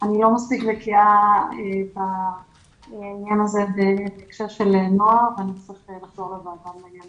אני לא מספיק בקיאה בניין הזה ואני אצטרך לחזור לוועדה בעניין הזה.